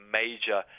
major